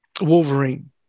Wolverine